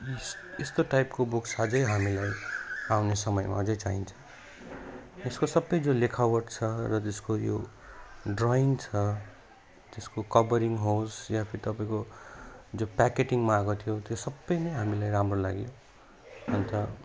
his यस्तो टाइपको बुक्सा अझै हामीलाई आउने समयमा अझै चाहिन्छ यसको सबै जो लेखावट छ जसको यो ड्राइङ छ त्यसको कभरिङ होस् या फिर तपाईँको जो प्याकेटिङमा आएको थियो त्यो सबै नै हामीलाई राम्रो लाग्यो अन्त